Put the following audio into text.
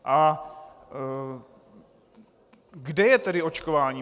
A kde je tedy očkování?